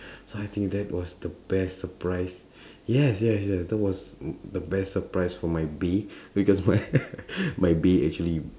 so I think that was the best surprise yes yes yes that was the best surprise for my bae because my my bae actually